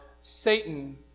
satan